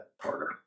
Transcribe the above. harder